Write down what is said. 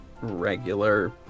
regular